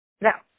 Now